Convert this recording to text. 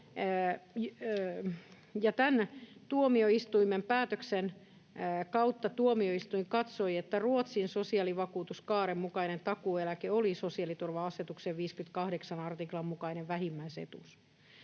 tuomioistuimen päätöksen kautta tuomioistuin katsoi, että Ruotsin sosiaalivakuutuskaaren mukainen takuueläke oli sosiaaliturva-asetuksen 58 artiklan mukainen vähimmäisetuus.